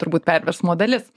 turbūt perversmo dalis